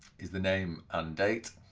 is the name and date